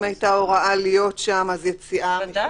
אם היתה הוראה להיות שם יציאה - קנס מינהלי.